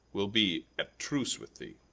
will be at truce with thee